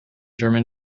german